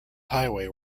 highway